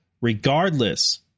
regardless